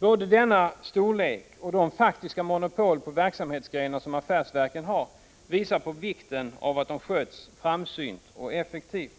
Både denna storlek och de faktiska monopol på verksamhetsgrenar som affärsverken har visar på vikten av att de sköts framsynt och effektivt.